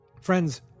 Friends